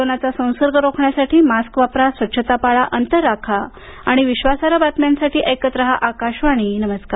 कोरोनाचा संसर्ग रोखण्यासाठी मास्क वापरा स्वच्छता पाळा अंतर राखा आणि विश्वासार्ह बातम्यांसाठी ऐकत रहा आकाशवाणी नमस्कार